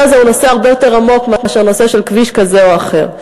הזה הוא נושא הרבה יותר עמוק מאשר נושא של כביש כזה או אחר.